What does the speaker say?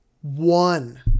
One